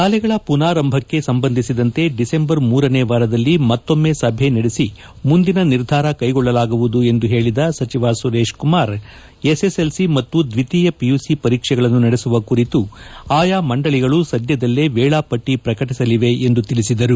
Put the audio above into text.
ಶಾಲೆಗಳ ಪುನಾರಂಭಕ್ಕೆ ಸಂಬಂಧಿಸಿದಂತೆ ಡಿಸೆಂಬರ್ ಮೂರನೇ ವಾರದಲ್ಲಿ ಮತ್ತೊಮ್ಮೆ ಸಭೆ ನಡೆಸಿ ಮುಂದಿನ ನಿರ್ಧಾರ ಕೈಗೊಳ್ಳಲಾಗುವುದು ಎಂದು ಹೇಳಿದ ಸಚಿವ Suresh Kumar SS L C ಮತ್ತು ದ್ವಿತೀಯ ಪಿಯುಸಿ ಪರೀಕ್ಷೆಗಳನ್ನು ನಡೆಸುವ ಕುರಿತು ಆಯಾ ಮಂಡಳಿಗಳು ಸದ್ಯದಲ್ಲೇ ವೇಳಾಪಟ್ಟಿಯನ್ನು ಪ್ರಕಟಿಸಲಿವೆ ಎಂದು ತಿಳಿಸಿದರು